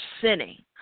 sinning